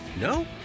no